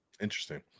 Interesting